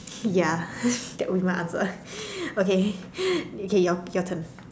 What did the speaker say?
ya that would be my answer okay okay your your turn